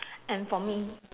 and for me